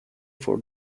from